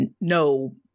No